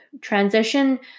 transition